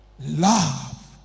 love